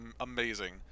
amazing